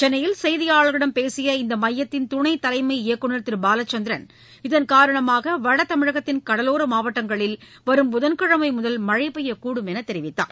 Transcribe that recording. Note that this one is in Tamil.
சென்னையில் செய்தியாளர்களிடம் பேசிய இந்த மையத்தின் துணை தலைமை இயக்குநர் திரு பாலச்சந்திரன் இதன்காரணமாக வட தமிழகத்தின் கடலோர மாவட்டங்களில் வரும் புதன்கிழமை முதல் மழை பெய்யக்கூடும் என்று தெரிவித்தார்